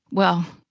well,